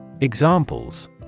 Examples